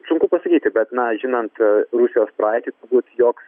sunku pasakyti bet na žinant rusijos praeitį turbūt joks